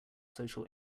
social